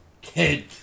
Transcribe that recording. Kid